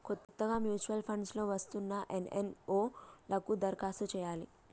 కొత్తగా mutual funds లో వస్తున్న ఎన్.ఎఫ్.ఓ లకు దరఖాస్తు చేయాలి